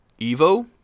Evo